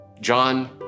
John